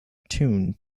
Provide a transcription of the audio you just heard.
tuned